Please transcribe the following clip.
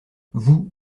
vous